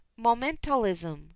momentalism